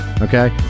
Okay